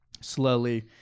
slowly